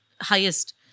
highest